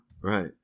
Right